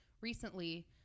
recently